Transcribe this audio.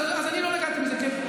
שזכה עכשיו בתאגיד,